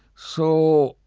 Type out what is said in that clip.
so,